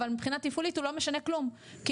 אבל מבחינה תפעולית הוא לא משנה כלום כי